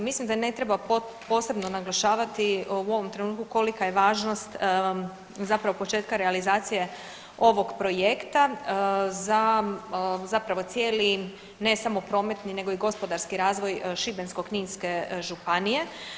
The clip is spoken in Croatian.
Mislim da ne treba posebno naglašavati u ovom trenutku kolika je važnost zapravo početka realizacije ovog projekta za zapravo cijeli ne samo prometni nego i gospodarski razvoj Šibensko-kninske županije.